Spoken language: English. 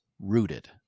rooted